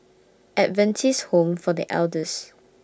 Adventist Home For The Elders